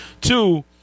Two